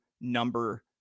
number